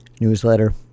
newsletter